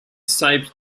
saved